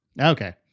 Okay